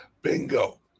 Bingo